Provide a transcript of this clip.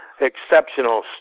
exceptional